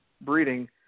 breeding